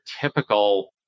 typical